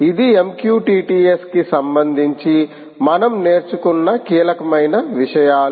ఇది MQTT S కి సంబంధించి మనం నేర్చుకున్న కీలకమైన విషయాలు